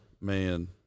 Man